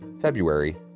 February